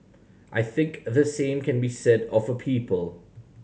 I think the same can be said of a people